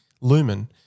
lumen